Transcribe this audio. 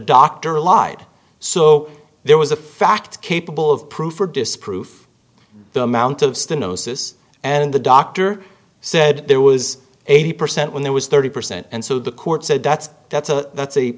doctor lied so there was a fact capable of proof or disproof the amount of stenosis and the doctor said there was eighty percent when there was thirty percent and so the court said that's that's a that's a